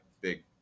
big